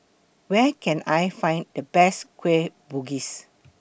Where Can I Find The Best Kueh Bugis